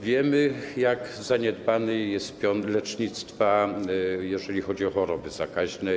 Wiemy, jak zaniedbany jest pion lecznictwa, jeżeli chodzi o choroby zakaźne.